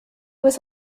was